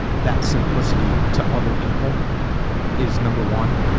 that simplicity to other people is number one.